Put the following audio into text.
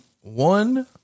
one